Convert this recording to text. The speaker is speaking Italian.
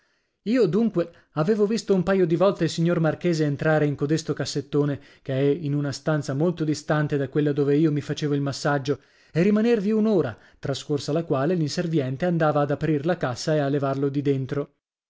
io dunque avevo visto un paio di volte il signor marchese entrare in codesto cassettone che è in una stanza molto distante da quella dove io mi facevo il massaggio e rimanervi un'ora trascorsa la quale l'inserviente andava ad aprir la cassa e a levarlo di dentro